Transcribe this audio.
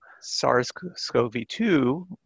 SARS-CoV-2